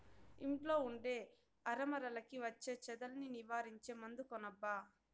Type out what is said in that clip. ఇంట్లో ఉండే అరమరలకి వచ్చే చెదల్ని నివారించే మందు కొనబ్బా